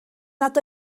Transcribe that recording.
nad